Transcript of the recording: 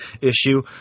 issue